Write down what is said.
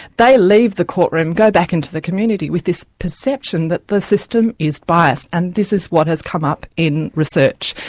they leave the courtroom, go back into the community with this perception that the system is biased, and this is what has come up in research,